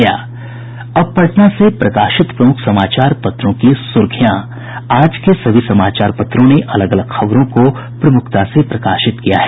अब पटना से प्रकाशित प्रमुख समाचार पत्रों की सुर्खियां आज के सभी समाचार पत्रों ने अलग अलग खबरों को प्रमुखता से प्रकाशित किया है